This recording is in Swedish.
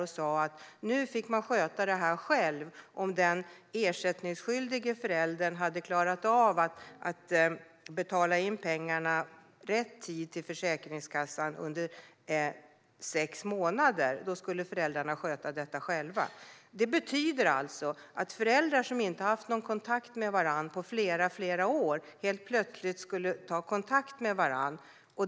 Där stod det att föräldrarna skulle sköta det här själva om den ersättningsskyldige föräldern hade klarat av att betala in pengarna i rätt tid till Försäkringskassan under sex månader. Det betydde att föräldrar som inte haft någon kontakt med varandra på flera år helt plötsligt skulle ta kontakt med varandra.